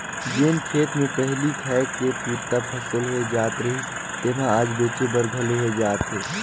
जेन खेत मे पहिली खाए के पुरता फसल होए जात रहिस तेम्हा आज बेंचे बर घलो होए जात हे